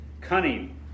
cunning